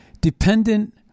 dependent